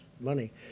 money